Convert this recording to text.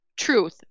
truth